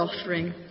offering